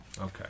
Okay